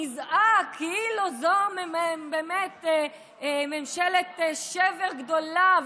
נזעק כאילו זאת ממשלת שבר גדולה,